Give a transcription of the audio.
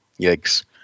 Yikes